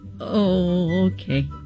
okay